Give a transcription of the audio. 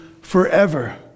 forever